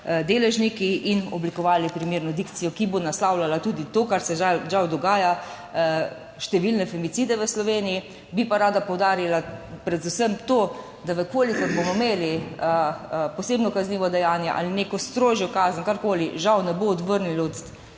in oblikovali primerno dikcijo, ki bo naslavljala tudi to, kar se žal dogaja, številne femicide v Sloveniji. Bi pa rada poudarila predvsem to, da če bomo imeli posebno kaznivo dejanje ali neko strožjo kazen, karkoli, to žal ne bo odvrnilo od